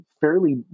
fairly